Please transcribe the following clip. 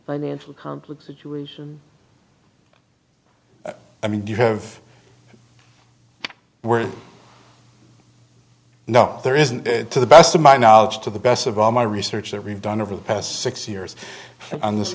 financial complex situation i mean do you have were you know there isn't good to the best of my knowledge to the best of all my research that we've done over the past six years on th